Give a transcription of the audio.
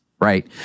right